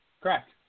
Correct